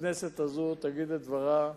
הכנסת הזאת תגיד את דברה,